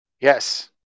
Yes